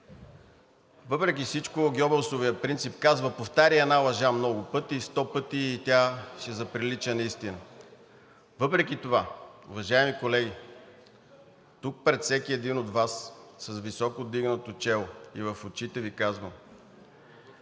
въпреки всичко Гьобелсовият принцип казва: „Повтаряй една лъжа много пъти и сто пъти, и тя ще заприлича на истина.“ Въпреки това, уважаеми колеги, тук пред всеки един от Вас с високо вдигнато чело и в очите Ви казвам: